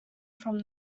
from